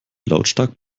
lautstark